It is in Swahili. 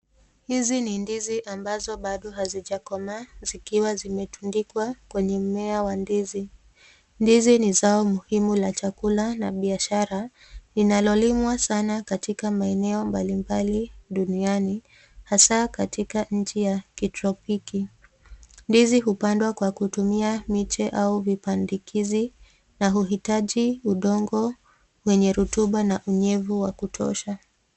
Hizi ni ndizi ambazo bado hazijakomaa, zikiwa zimetundikwa kwenye mimea wa ndizi. Ndizi ni zao muhimu la chakula na biashara linalolimwa sana katika maeneo mbalimbali duniani, hasa katika nchi ya kitropiki. Ndizi hupandwa kwa kutumia miche au vipandikizi na huhitaji udongo wenye rutuba na unyevu wa kutosha.